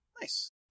nice